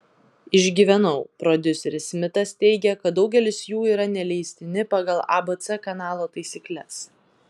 išgyvenau prodiuseris smitas teigia kad daugelis jų yra neleistini pagal abc kanalo taisykles